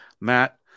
Matt